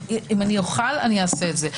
אם אוכל אעשה זאת.